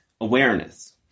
awareness